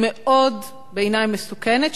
בעיני מאוד מסוכנת,